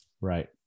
Right